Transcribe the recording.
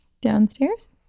downstairs